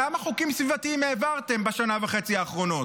כמה חוקים סביבתיים העברתם בשנה וחצי האחרונות?